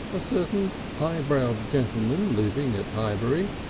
a certain high-browed gentleman living at highbury,